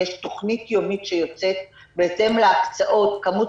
יש תוכנית יומית שיוצאת בהתאם לכמות